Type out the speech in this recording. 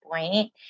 point